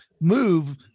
move